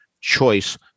choice